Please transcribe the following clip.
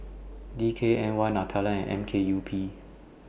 D K N Y Nutella and M K U P